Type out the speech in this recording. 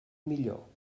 millor